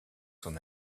son